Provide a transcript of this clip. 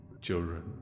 children